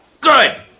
Good